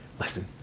Listen